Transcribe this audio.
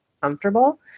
comfortable